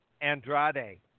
Andrade